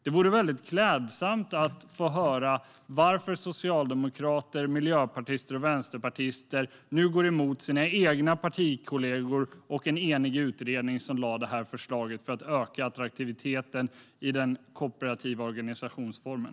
Det vore väldigt klädsamt om socialdemokrater, miljöpartister och vänsterpartister kunde låta oss få höra varför de nu går emot sina egna partikollegor och en enig utredning, som lade fram detta förslag för att öka attraktiviteten hos den kooperativa organisationsformen.